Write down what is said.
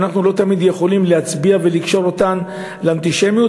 שאנחנו לא תמיד יכולים להצביע ולקשור אותן לאנטישמיות,